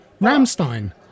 Ramstein